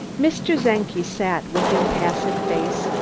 mr. czenki sat with impassive face,